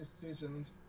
decisions